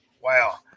Wow